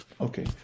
Okay